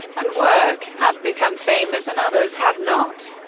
and work, have become famous and others have not.